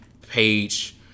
page